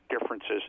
differences